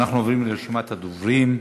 אנחנו עוברים לרשימת הדוברים.